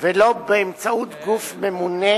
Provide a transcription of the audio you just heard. ולא באמצעות גוף ממונה,